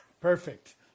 Perfect